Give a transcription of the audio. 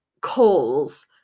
calls